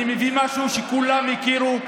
אני מביא משהו שכולם הכירו,